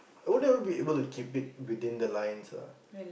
I wouldn't be able to keep it within the lines ah